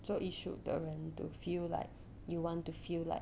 做艺术的人 to feel like you want to feel like